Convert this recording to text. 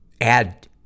add